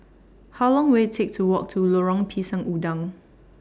How Long Will IT Take to Walk to Lorong Pisang Udang